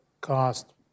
cost